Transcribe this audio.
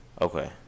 Okay